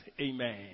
Amen